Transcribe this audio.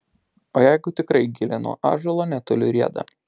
o jeigu tikrai gilė nuo ąžuolo netoli rieda